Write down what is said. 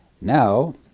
Now